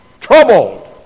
Troubled